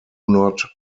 not